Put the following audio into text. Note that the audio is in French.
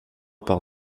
par